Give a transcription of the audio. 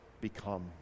become